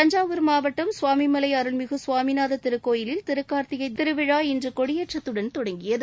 தஞ்சாவூர் மாவட்டம் சுவாமிமலை அருள்மிகு சுவாமிநாத திருக்கோயிலில் திருக்கார்த்திகை திருவிழா இன்று கொடியேற்றத்துடன் தொடங்கியது